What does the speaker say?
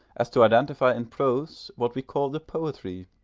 as to identify in prose what we call the poetry,